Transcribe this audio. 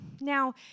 Now